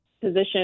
position